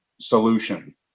solution